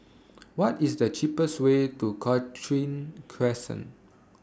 What IS The cheapest Way to Cochrane Crescent